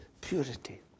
purity